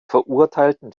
verurteilten